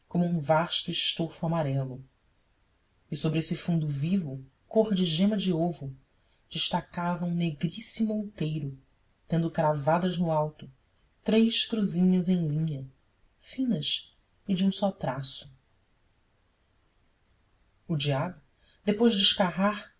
um vasto estofo amarelo e sobre esse fundo vivo cor de gema de ovo destacava um negríssimo outeiro tendo cravadas no alto três cruzinhas em linha finas e de um só traço o diabo depois de escarrar